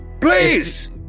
Please